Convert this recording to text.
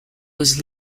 was